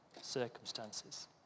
circumstances